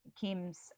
Kim's